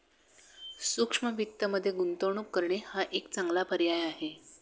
सूक्ष्म वित्तमध्ये गुंतवणूक करणे हा एक चांगला पर्याय आहे